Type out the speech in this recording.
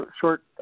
short